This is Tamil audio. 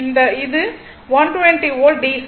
இது 120 வோல்ட் DC ஆகும்